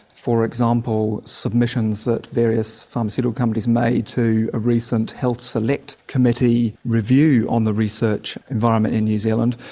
for example, submissions that various pharmaceutical companies made to a recent health select committee review on the research environment in new zealand,